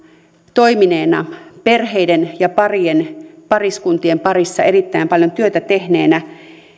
toimineena perheiden ja parien pariskuntien parissa erittäin paljon työtä tehneenä